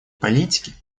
политики